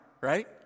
right